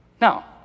Now